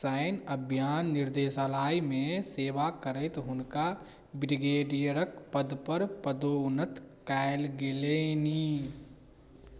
सैन्य अभियान निर्देशालय मे सेवा करैत हुनका ब्रिगेडियरक पद पर पदोन्नत कयल गेलनि